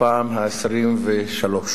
בפעם ה-23,